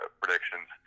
predictions